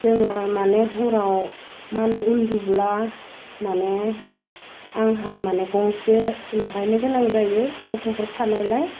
जोङो माने हराव मा होनो उन्दुब्ला माने आंहा मानि गंसे लागायनो गोनां जायो गथ'फोर थानालाय